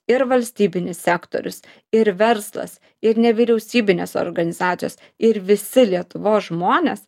ir valstybinis sektorius ir verslas ir nevyriausybinės organizacijos ir visi lietuvos žmonės